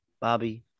Bobby